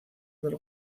del